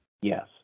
Yes